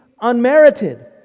unmerited